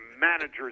managers